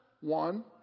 One